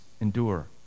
endure